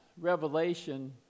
Revelation